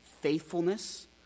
faithfulness